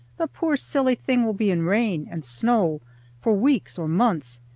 the poor silly thing will be in rain and snow for weeks or months,